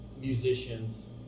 musicians